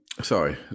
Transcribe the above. Sorry